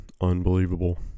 Unbelievable